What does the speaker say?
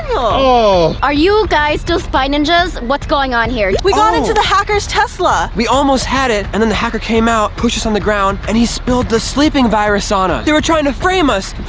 oh, are you guys still spy ninjas? what's going on? here we go into the hackers tesla we almost had it and then the hacker came out push us on the ground and he spilled the sleeping virus on us they were trying to frame us